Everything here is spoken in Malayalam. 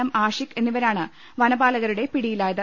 എം ആഷിഖ് എന്നിവരാണ് വനപാല കരുടെ പിടിയിലായത്